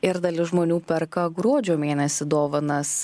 ir dalis žmonių perka gruodžio mėnesį dovanas